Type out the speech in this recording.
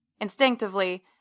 Instinctively